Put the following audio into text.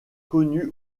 connus